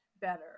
better